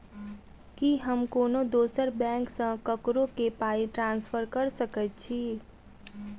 की हम कोनो दोसर बैंक सँ ककरो केँ पाई ट्रांसफर कर सकइत छि?